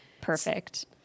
perfect